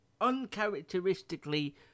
uncharacteristically